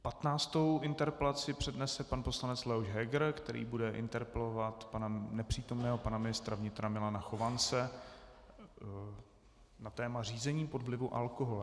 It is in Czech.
Patnáctou interpelaci přednese pan poslanec Leoš Heger, který bude interpelovat nepřítomného pana ministra vnitra Milana Chovance na téma řízení pod vlivem alkoholu.